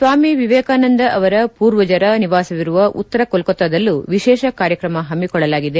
ಸ್ವಾಮಿ ವಿವೇಕಾನಂದ ಅವರ ಪೂರ್ವಜರ ನಿವಾಸವಿರುವ ಉತ್ತರ ಕೊಲ್ಲತಾದಲ್ಲೂ ವಿಶೇಷ ಕಾರ್ಯಕ್ರಮ ಹಮ್ಕೊಳ್ಳಲಾಗಿದೆ